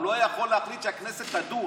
הוא לא יכול להחליט שהכנסת תדון.